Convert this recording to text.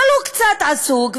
אבל הוא קצת עסוק,